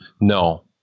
No